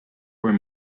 were